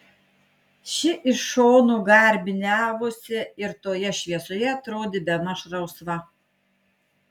ši iš šonų garbiniavosi ir toje šviesoje atrodė bemaž rausva